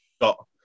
got